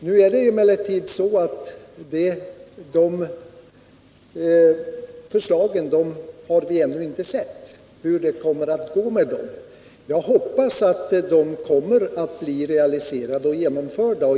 Vi har emellertid ännu inte sett hur det kommer att gå med de förslagen. Jag hoppas att de kommer att bli genomförda.